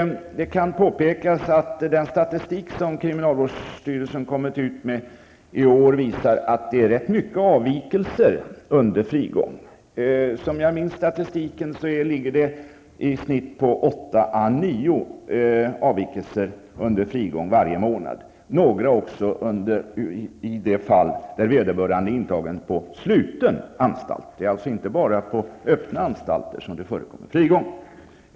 Det kan påpeks att den statistik som kriminalvårdsstyrelsen kommit ut med i år visar att det är rätt många avvikelser under frigången. Som jag minns det visar statistiken på i snitt åtta à nio avvikelser under frigången varje månad, några också i de fall där vederbörande är intagen på sluten anstalt. Det är alltså inte bara på öppen anstalt som det förekommer frigång.